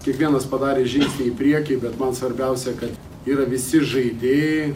kiekvienas padarė žingsnį į priekį bet man svarbiausia kad yra visi žaidėjai